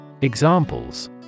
Examples